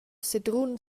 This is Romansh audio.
sedrun